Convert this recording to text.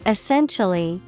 Essentially